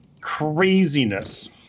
Craziness